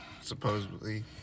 supposedly